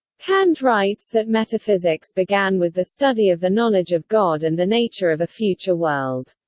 kant writes that metaphysics began with the study of the knowledge of god and the nature of a future world.